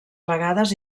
vegades